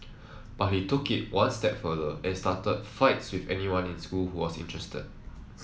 but he took it one step further and started fights with anyone in school who was interested